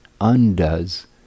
undoes